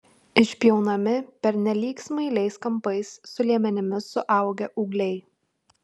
išpjaunami pernelyg smailiais kampais su liemenimis suaugę ūgliai